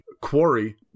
quarry